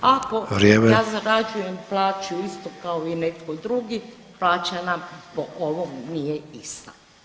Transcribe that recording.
Ako [[Upadica: Vrijeme.]] ja zarađujem plaću isto kao i netko drugi, plaća nam po ovom nije ista.